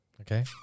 Okay